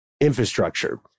infrastructure